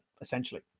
essentially